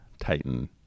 titan